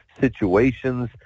situations